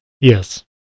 Yes